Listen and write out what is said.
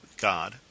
God